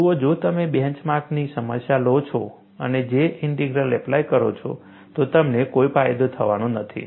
જુઓ જો તમે બેન્ચ માર્કની સમસ્યા લો છો અને J ઇન્ટિગ્રલ એપ્લાય કરો છો તો તમને કોઈ ફાયદો થવાનો નથી